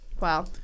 Wow